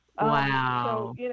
wow